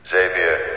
Xavier